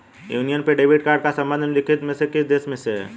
Union pay debit card का संबंध निम्नलिखित में से किस देश से है?